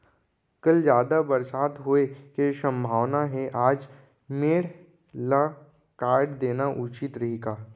कल जादा बरसात होये के सम्भावना हे, आज मेड़ ल काट देना उचित रही का?